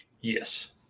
Yes